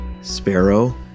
Sparrow